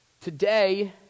Today